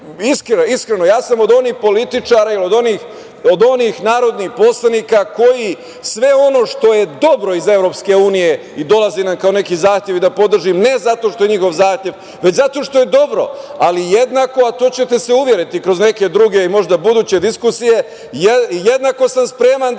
ružno. Iskreno, ja sam od onih političara i od onih narodnih poslanika koji sve ono što je dobro iz Evropske unije i dolazi nam kao neki zahtev i da podržim ne zato što je njihov zahtev, već zato što je dobro, ali jednako, a to ćete se uveriti kroz neke druge i možda buduće diskusije, jednako sam spreman da